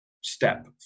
step